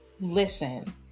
Listen